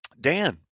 Dan